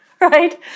right